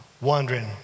wondering